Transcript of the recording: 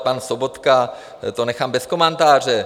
Pan Sobotka, to nechám bez komentáře.